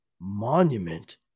monument